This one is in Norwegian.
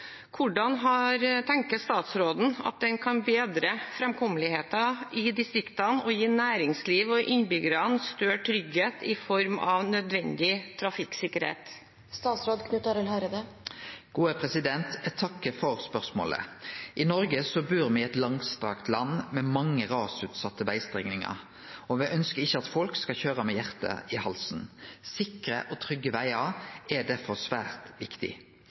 Hvordan tenker statsråden en kan bedre fremkommeligheten i distriktene og gi næringsliv og innbyggere større trygghet i form av nødvendig trafikksikkerhet?» Eg takkar for spørsmålet. I Noreg bur me i eit langstrakt land med mange rasutsette vegstrekningar, og me ønskjer ikkje at folk skal køyre med hjartet i halsen. Sikre og trygge vegar er derfor svært viktig.